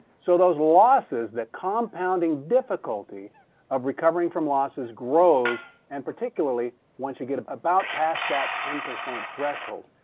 so those losses the compounding difficulty of recovering from losses grows and particularly once you get about past that ten percent threshold.